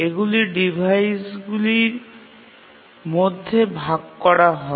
এগুলি ডিভাইসগুলির মধ্যে ভাগ করা হয়